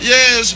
Yes